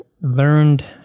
learned